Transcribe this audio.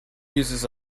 uses